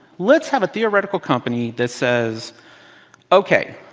let's have a theoretical company that says ok,